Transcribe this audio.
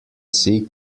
see